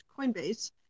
Coinbase